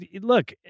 look